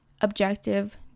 objective